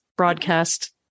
broadcast